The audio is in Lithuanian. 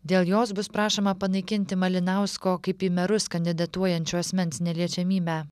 dėl jos bus prašoma panaikinti malinausko kaip į merus kandidatuojančio asmens neliečiamybę